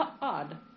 odd